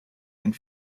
and